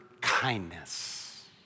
kindness